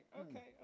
okay